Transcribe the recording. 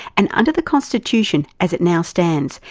and under the constitution as it now stands,